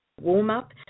warm-up